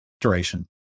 duration